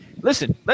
Listen